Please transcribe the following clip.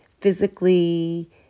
physically